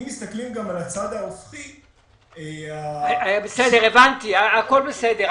אם מסתכלים על הצד --- בסדר, הבנתי, הכול בסדר.